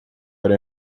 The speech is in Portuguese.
era